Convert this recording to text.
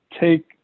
take